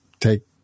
take